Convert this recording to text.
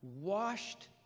Washed